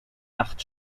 nacht